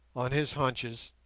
on his haunches,